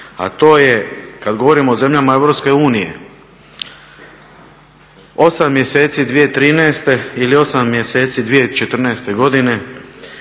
A to je kada govorimo o zemljama EU 8 mjeseci 2013.ili 8 mjeseci 2014.godine